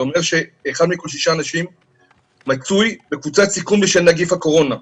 זה אומר שאחד מכל שישה אנשים מצוי בקבוצת סיכון בשל נגיף הקורונה.